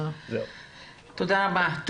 תודה רבה.